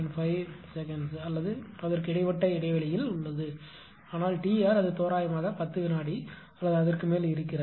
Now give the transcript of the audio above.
5 வினாடி அல்லது அதற்கு இடைப்பட்ட இடைவெளியில் உள்ளது ஆனால் T r அது தோராயமாக 10 வினாடி அல்லது அதற்கு மேல் இருக்கிறது